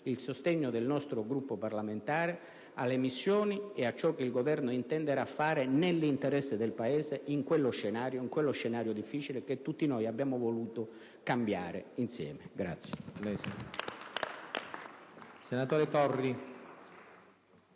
il sostegno del nostro Gruppo parlamentare alle missioni e a ciò che il Governo intenderà fare nell'interesse del Paese in quello scenario difficile che tutti noi abbiamo voluto cambiare insieme.